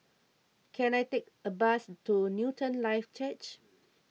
can I take a bus to Newton Life Church